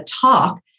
talk